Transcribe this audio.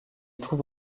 trouve